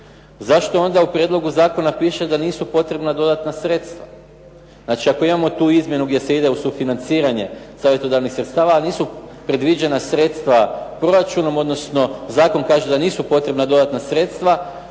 zašto onda u prijedlogu zakona piše da nisu potrebna dodatna sredstva. Znači, ako imamo tu izmjenu gdje se ide u sufinanciranje savjetodavnih centara a nisu predviđena sredstva proračunom odnosno zakon kaže da nisu potrebna dodatna sredstva